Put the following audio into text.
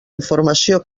informació